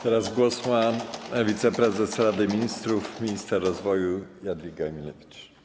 Teraz głos ma wiceprezes Rady Ministrów, minister rozwoju Jadwiga Emilewicz.